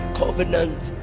covenant